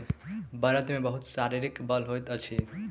बड़द मे बहुत शारीरिक बल होइत अछि